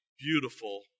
beautiful